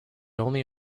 only